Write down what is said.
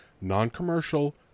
non-commercial